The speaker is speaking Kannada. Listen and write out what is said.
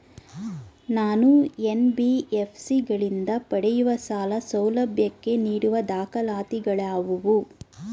ನಾನು ಎನ್.ಬಿ.ಎಫ್.ಸಿ ಗಳಿಂದ ಪಡೆಯುವ ಸಾಲ ಸೌಲಭ್ಯಕ್ಕೆ ನೀಡುವ ದಾಖಲಾತಿಗಳಾವವು?